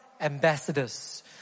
ambassadors